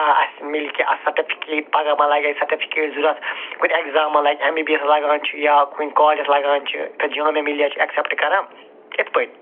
آ اَسہِ مِلہِ کیٚنٛہہ اَ سٹفِکیٹ پگاہ ما لَگہِ اَسہِ سٹفِکیٹ ضوٚرَتھ کُنہِ اٮ۪کزام ما لَگہِ اٮ۪م بی بی اٮ۪س لگان چھُ یا کُنہِ کالجس لاگان چھِ جامع مِلیا چھِ اٮ۪کسپٹ کَران یِتھ پٲٹھۍ